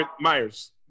Myers